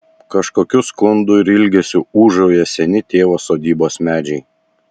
kažkokiu skundu ir ilgesiu ūžauja seni tėvo sodybos medžiai